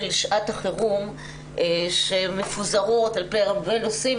שעת החירום שמפוזרות על פני הרבה נושאים,